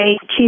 chief